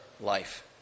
life